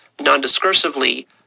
non-discursively